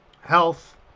Health